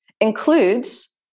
includes